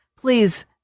Please